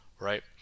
right